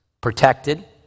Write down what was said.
protected